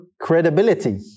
credibility